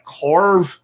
carve